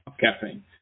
caffeine